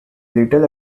little